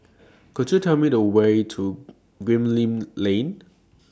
Could YOU Tell Me The Way to Gemmill Lane